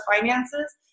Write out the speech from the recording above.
finances